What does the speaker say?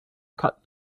cut